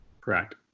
Correct